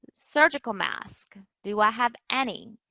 surgical mask. do i have any?